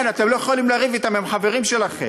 אתם לא יכולים לריב אתם, הם חברים שלכם.